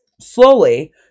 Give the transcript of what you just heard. slowly